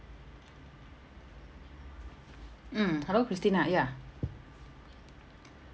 mm hello christine ah ya